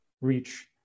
reach